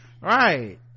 right